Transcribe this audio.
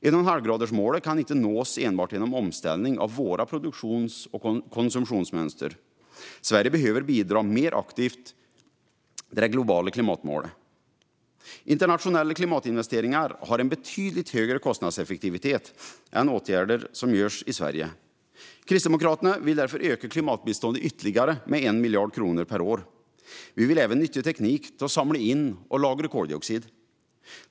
1,5-gradersmålet kan inte nås enbart genom omställning av våra produktions och konsumtionsmönster. Sverige behöver bidra mer aktivt till det globala klimatmålet. Internationella klimatinvesteringar har betydligt högre kostnadseffektivitet än åtgärder som görs i Sverige. Kristdemokraterna vill därför öka klimatbiståndet med ytterligare 1 miljard kronor per år. Vi vill även nyttja teknik för att samla in och lagra koldioxid.